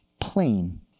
plain